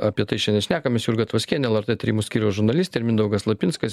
apie tai šiandien šnekamės jurga tvaskienė lrt tyrimų skyriaus žurnalistė ir mindaugas lapinskas